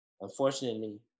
Unfortunately